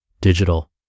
Digital